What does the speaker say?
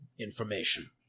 information